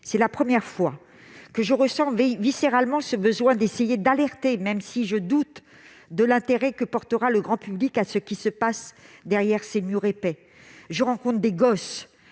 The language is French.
C'est la première fois que je ressens viscéralement ce besoin d'essayer d'alerter, même si je doute de l'intérêt que portera le grand public à ce qui se passe derrière ces murs épais. « Je rencontre des gosses